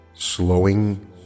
Slowing